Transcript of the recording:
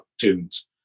tunes